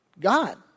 God